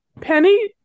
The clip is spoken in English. Penny